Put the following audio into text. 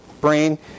brain